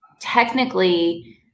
technically